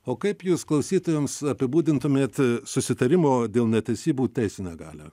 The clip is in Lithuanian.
o kaip jūs klausytojams apibūdintumėt susitarimo dėl netesybų teisinę galią